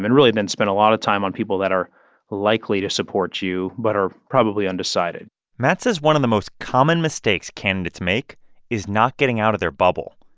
really, then spend a lot of time on people that are likely to support you but are probably undecided matt says one of the most common mistakes candidates make is not getting out of their bubble,